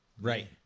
Right